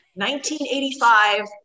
1985